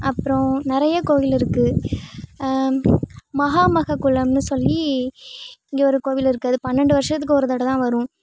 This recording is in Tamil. அப்புறோம் நிறையா கோயில் இருக்குது மகாமககுளம்னு சொல்லி இங்கே ஒரு கோவில் இருக்குது அது பன்னெண்டு வருஷத்துக்கு ஒரு தடவைதான் வரும்